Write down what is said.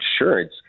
insurance